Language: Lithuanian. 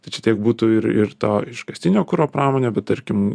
tai čia tiek būtų ir ir to iškastinio kuro pramonė bet tarkim